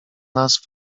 nas